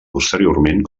posteriorment